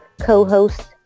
co-host